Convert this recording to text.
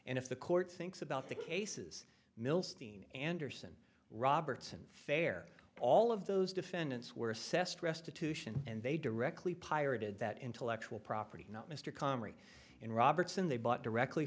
and if the court thinks about the cases milstein anderson roberts and fair all of those defendants were assessed restitution and they directly pirated that intellectual property not mr comrie in robertson they bought directly